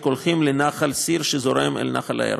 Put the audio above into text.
מ"ק לשעה של מי קולחין לנחל סיר שזורם אל נחל הירקון.